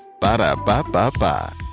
Ba-da-ba-ba-ba